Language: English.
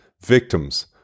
victims